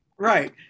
Right